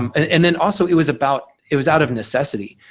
um and then also it was about, it was out of necessity.